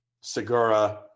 segura